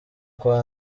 kwa